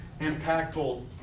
impactful